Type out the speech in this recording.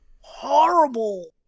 horrible